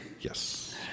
yes